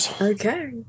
Okay